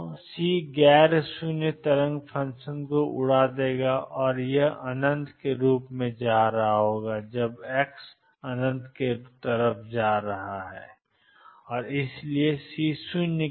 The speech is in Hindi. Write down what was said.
तो सी गैर शून्य तरंग फ़ंक्शन को उड़ा देगा और यह के रूप में जा रहा है जब x→∞ और इसलिए सी 0